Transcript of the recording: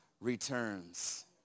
returns